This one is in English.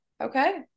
Okay